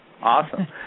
Awesome